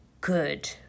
good